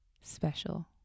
special